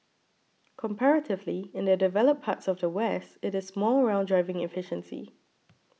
comparatively in the developed parts of the West it is more around driving efficiency